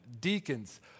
deacons